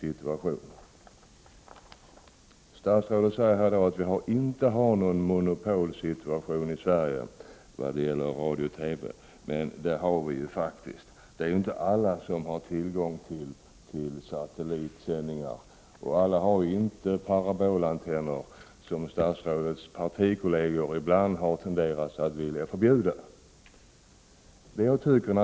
Statsrådet säger att vi inte har någon monopolsituation i Sverige i vad gäller radio och TV, men det har vi faktiskt. Det är inte alla som har tillgång till satellitsändningar. Alla har inte parabolantenner, som statsrådets partikolleger har en tendens att vilja förbjuda.